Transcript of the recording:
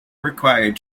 required